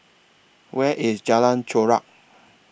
Where IS Jalan Chorak